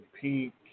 pink